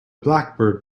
blackbird